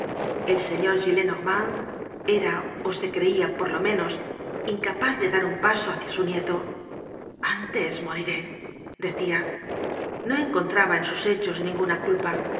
el señor gillenormand era ó se creia por lo menos incapaz de dar un paso hácia su nieto antes moriré decia no encontraba en sus hechos ninguna culpa